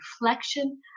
reflection